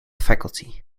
faculty